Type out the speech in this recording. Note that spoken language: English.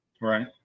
right